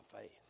faith